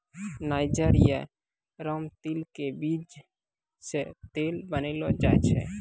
niger या रामतिल के बीज सॅ तेल बनैलो जाय छै